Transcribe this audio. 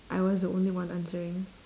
I was the only one answering